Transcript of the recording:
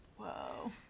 Whoa